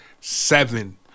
seven